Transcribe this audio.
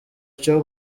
cyo